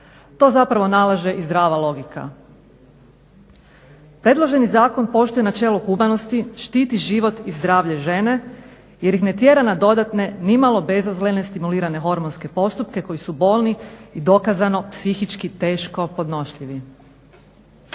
To zapravo nalaže i zdrava logika. Predloženi zakon poštuje načelo humanosti, štiti život i zdravlja žene jer ih ne tjera na dodatne nimalo bezazlene stimulirane hormonske postupke koji su bolni i dokazano psihički teško podnošljivi.